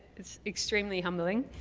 it's extremely humbling,